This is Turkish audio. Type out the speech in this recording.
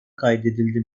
kaydedildi